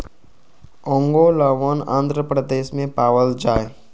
ओंगोलवन आंध्र प्रदेश में पावल जाहई